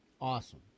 Awesome